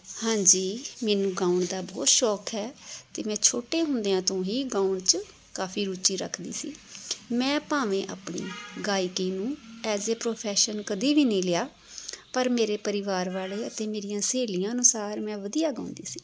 ਹਾਂਜੀ ਮੈਨੂੰ ਗਾਉਣ ਦਾ ਬਹੁਤ ਸ਼ੌਕ ਹੈ ਅਤੇ ਮੈਂ ਛੋਟੇ ਹੁੰਦਿਆਂ ਤੋਂ ਹੀ ਗਾਉਣ 'ਚ ਕਾਫ਼ੀ ਰੁਚੀ ਰੱਖਦੀ ਸੀ ਮੈਂ ਭਾਵੇਂ ਆਪਣੀ ਗਾਇਕੀ ਨੂੰ ਐਜ ਏ ਪ੍ਰੋਫੈਸ਼ਨ ਕਦੇ ਵੀ ਨਹੀਂ ਲਿਆ ਪਰ ਮੇਰੇ ਪਰਿਵਾਰ ਵਾਲੇ ਅਤੇ ਮੇਰੀਆਂ ਸਹੇਲੀਆਂ ਅਨੁਸਾਰ ਮੈਂ ਵਧੀਆ ਗਾਉਂਦੀ ਸੀ